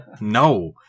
No